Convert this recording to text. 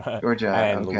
Georgia